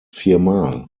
viermal